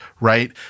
right